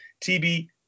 tb